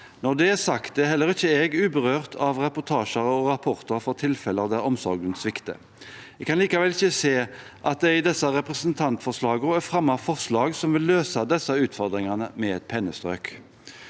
Når det er sagt, er heller ikke jeg uberørt av reportasjer og rapporter fra tilfeller der omsorgen svikter. Jeg kan likevel ikke se at det i disse representantforslagene er fremmet forslag som vil løse disse utfordringene med et pennestrøk.